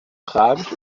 tragisch